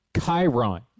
Chiron